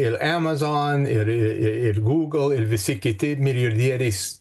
ir amazon ir ir ir ir google ir visi kiti milijardieriais